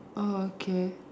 oh okay